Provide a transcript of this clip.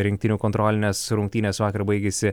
rinktinių kontrolinės rungtynės vakar baigėsi